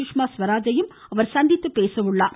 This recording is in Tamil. சுஷ்மா ஸ்வராஜையும் அவர் சந்தித்து பேச உள்ளார்